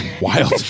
Wild